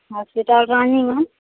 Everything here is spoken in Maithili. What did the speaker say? हॉसपिटल रानीगञ्ज